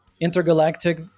intergalactic